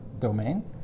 domain